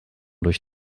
durch